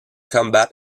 combat